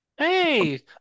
Hey